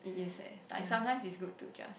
it is eh like sometimes it's good to just